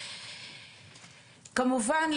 כמובן,